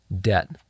debt